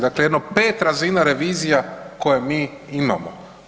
Dakle, jedno 5 razina revizija koje mi imamo.